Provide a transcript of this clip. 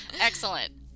Excellent